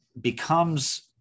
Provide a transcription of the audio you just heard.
becomes